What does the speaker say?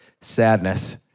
sadness